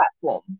platform